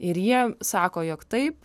ir jie sako jog taip